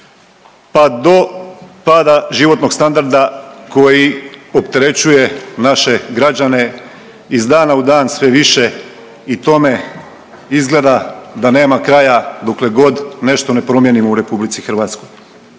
pa do pada životnog standarda koji opterećuje naše građane iz dana u dan sve više i tome izgleda da nema kraja dokle god nešto ne promijenimo u RH. Što